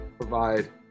provide